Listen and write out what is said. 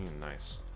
nice